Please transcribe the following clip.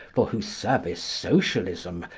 for whose service socialism,